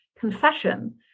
confession